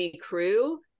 crew